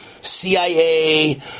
CIA